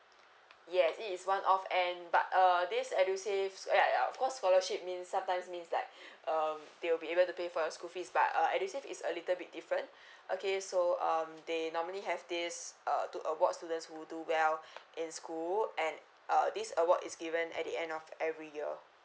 yes it is one off and but err this edusave uh ya of course scholarship means sometimes means like um they will be able to pay for your school fees but uh edusave is a little bit different okay so um they normally have this err to award students who do well in school and err this award is given at the end of every year